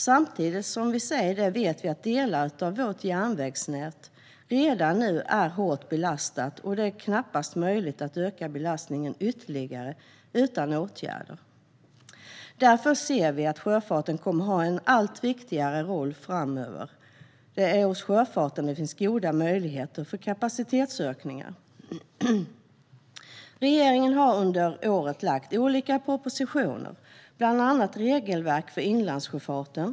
Samtidigt vet vi att delar av vårt järnvägsnät redan nu är hårt belastade och att det knappast är möjligt att utan åtgärder öka belastningen ytterligare. Därför kommer sjöfarten att ha en allt viktigare roll framöver. Det är inom sjöfarten som det finns goda möjligheter för kapacitetsökningar. Regeringen har under året lagt fram olika propositioner, bland annat om regelverk för inlandssjöfarten.